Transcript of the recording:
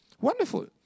Wonderful